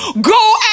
Go